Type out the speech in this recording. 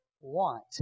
want